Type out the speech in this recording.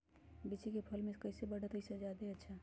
लिचि क फल म कईसे बढ़त होई जादे अच्छा?